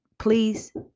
Please